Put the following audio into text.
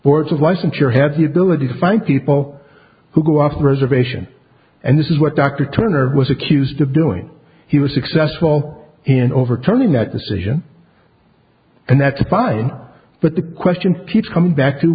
boards of licensure have the ability to find people who go off the reservation and this is what dr turner was accused of doing he was successful in overturning that decision and that's fine but the question speech coming back to